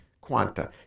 quanta